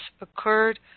occurred